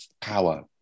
Power